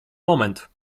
moment